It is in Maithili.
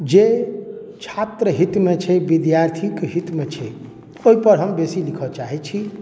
जे छात्र हितमे छै विद्यार्थीक हितमे छै ओहिपर हम बेसी लिखय चाहैत छी